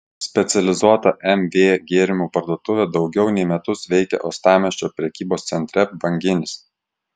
specializuota mv gėrimų parduotuvė daugiau nei metus veikia uostamiesčio prekybos centre banginis